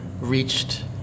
reached